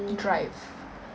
drive